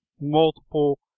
multiple